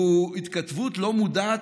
הוא התכתבות לא מודעת,